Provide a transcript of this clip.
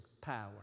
power